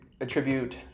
attribute